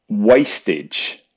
Wastage